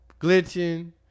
glitching